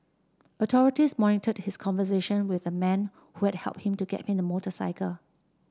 authorities monitored his conversation with the man who had help him to get in the motorcycle